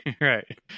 Right